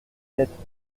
lettre